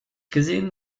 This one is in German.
gesehen